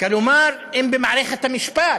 כלומר אם במערכת המשפט